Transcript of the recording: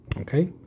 Okay